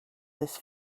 this